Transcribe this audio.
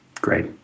Great